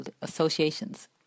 associations